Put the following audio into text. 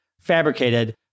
fabricated